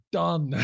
done